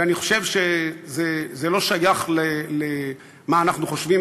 ואני חושב שזה לא שייך לְמה אנחנו חושבים,